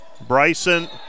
Bryson